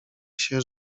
się